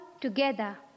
together